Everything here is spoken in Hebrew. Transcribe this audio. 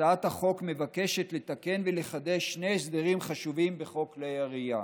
הצעת החוק מבקשת לתקן ולחדש שני הסדרים חשובים בחוק כלי הירייה: